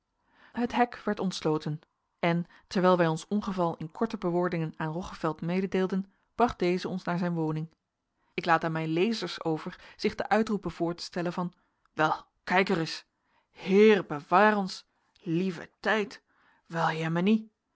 het hek werd ontsloten en terwijl wij ons ongeval in korte bewoordingen aan roggeveld mededeelden bracht deze ons naar zijn woning ik laat aan mijn lezers over zich de uitroepen voor te stellen van wel kijk ereis heere bewaar ons lieve tijd wel jemenie